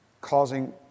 causing